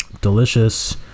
Delicious